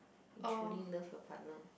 you truly love your partner